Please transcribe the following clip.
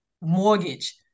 mortgage